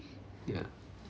ya